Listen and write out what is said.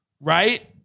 right